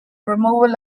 removal